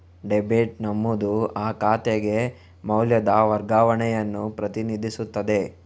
debit ನಮೂದು ಆ ಖಾತೆಗೆ ಮೌಲ್ಯದ ವರ್ಗಾವಣೆಯನ್ನು ಪ್ರತಿನಿಧಿಸುತ್ತದೆ